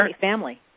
family